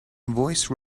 voice